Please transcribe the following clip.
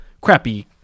crappy